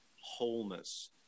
wholeness